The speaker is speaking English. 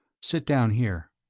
sit down here.